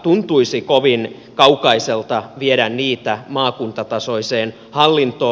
tuntuisi kovin kaukaiselta viedä niitä maakuntatasoiseen hallintoon